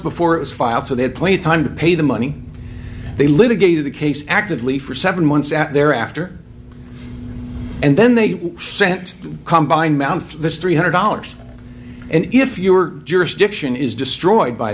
before it was filed so they had plenty of time to pay the money they litigated the case actively for seven months after their after and then they sent combine mounth this three hundred dollars and if you were jurisdiction is destroyed by